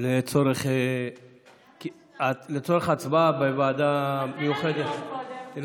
לצורך הצבעה בוועדה המיוחדת.